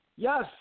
Yes